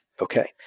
Okay